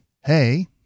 Hey